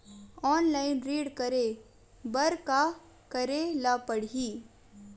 Online ऋण करे बर का करे ल पड़हि?